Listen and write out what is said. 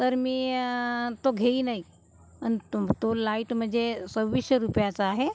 तर मी तो घेईनही आणि तो लाइट म्हणजे सव्वीसशे रुपयाचा आहे